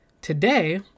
today